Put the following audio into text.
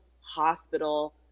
hospital